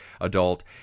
adult